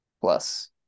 Plus